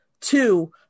two